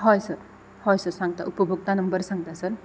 हय सर हय सर सांगता उपभोक्ता नंबर सांगता सर